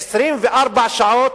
24 שעות,